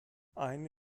aynı